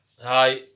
Hi